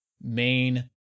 main